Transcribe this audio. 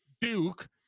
Duke